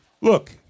look